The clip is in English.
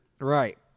Right